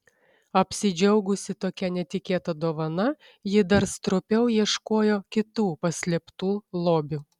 apsidžiaugusi tokia netikėta dovana ji dar stropiau ieškojo kitų paslėptų lobių